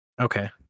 Okay